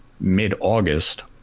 mid-August